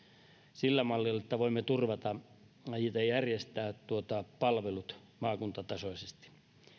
sillä mallilla että voimme turvata ja järjestää palvelut maakuntatasoisesti